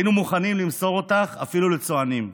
היינו מוכנים למסור אותך אפילו לצוענים.